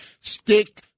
stick